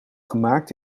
gemaakt